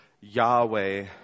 Yahweh